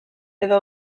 edo